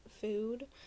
food